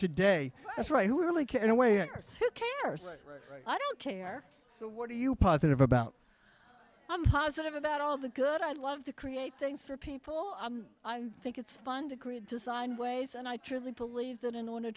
today that's right who really care in a way it's who cares i don't care so what do you positive about i'm positive about all the good i'd love to create things for people i think it's fun to create design ways and i truly believe that in order